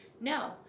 No